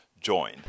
join